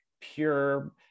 pure